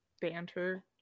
banter